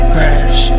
Crash